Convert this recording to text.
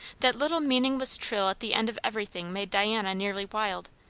that little meaningless trill at the end of everything made diana nearly wild.